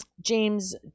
James